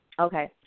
Okay